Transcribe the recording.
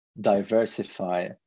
diversify